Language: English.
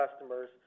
customers